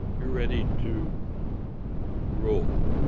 you're ready to roll.